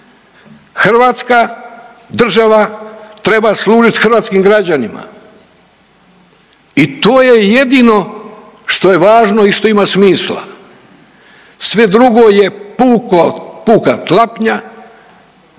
Hrvatska država treba služiti hrvatskim građanima i to je jedino što je važno i što ima smisla. Sve drugo je puka tlapnja,